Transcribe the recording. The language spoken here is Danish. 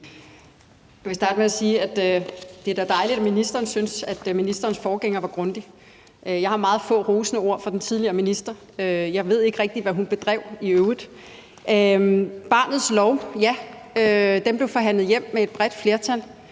Jeg vil starte med at sige, at det da er dejligt, at ministeren synes, at ministerens forgænger var grundig. Jeg har meget få rosende ord for den tidligere minister. Jeg ved ikke rigtig, hvad hun i øvrigt bedrev. Barnets lov – ja, den blev forhandlet hjem med et bredt flertal,